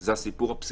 זה הסיפור הפסיכולוגי.